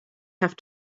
have